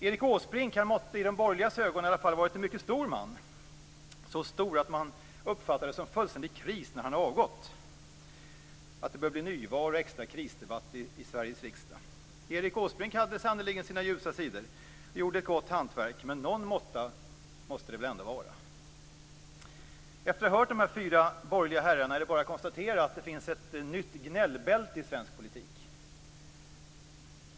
Erik Åsbrink måtte, i alla fall i de borgerligas ögon, ha varit en mycket stor man, så stor att man uppfattar det som fullständig kris när han har avgått - det bör bli nyval och extra krisdebatt i Sveriges riksdag. Erik Åsbrink hade sannerligen sina ljusa sidor och gjorde ett gott hantverk. Men någon måtta måste det väl ändå vara? Efter att ha hört de fyra borgerliga herrarna är det bara att konstatera att det finns ett nytt gnällbälte i svensk politik.